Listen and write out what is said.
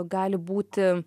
gali būti